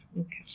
okay